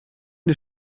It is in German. des